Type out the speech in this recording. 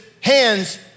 hands